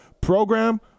program